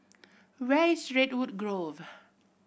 where is Redwood Grove